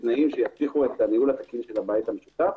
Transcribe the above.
שיבטיחו את הניהול התקין של בית המשותף.